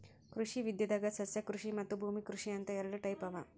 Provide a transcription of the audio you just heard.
ಕೃಷಿ ವಿದ್ಯೆದಾಗ್ ಸಸ್ಯಕೃಷಿ ಮತ್ತ್ ಭೂಮಿ ಕೃಷಿ ಅಂತ್ ಎರಡ ಟೈಪ್ ಅವಾ